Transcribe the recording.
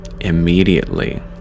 immediately